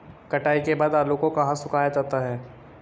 कटाई के बाद आलू को कहाँ सुखाया जाता है?